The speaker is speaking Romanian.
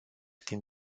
din